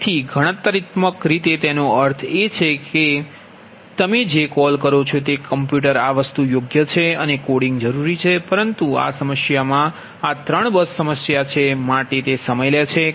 તેથી ગણતરીત્મક રીતે તેનો અર્થ એ છે કે તેનો અર્થ છે અથવા તમે જે કોલ કરો છો તે કમ્પ્યુટર વસ્તુ યોગ્ય છે અને કોડિંગ જરૂરી છે પરંતુ આ સમસ્યામાં પણ આ 3 બસ સમસ્યા છે માટે તે પણ સમય લે છે